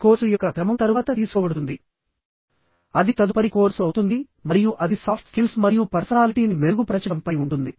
ఈ కోర్సు యొక్క క్రమం తరువాత తీసుకోబడుతుంది అది తదుపరి కోర్సు అవుతుంది మరియు అది సాఫ్ట్ స్కిల్స్ మరియు పర్సనాలిటీని మెరుగుపరచడంపై ఉంటుంది